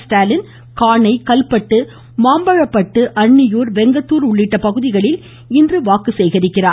ஸ்டாலின் காணை கல்பட்டு மாம்பழப்பட்டு அன்னியூர் வெங்கத்தூர் உள்ளிட்ட பகுதிகளில் இன்று வாக்கு சேகரிக்கிறார்